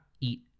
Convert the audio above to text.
eat